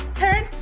turn,